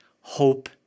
hope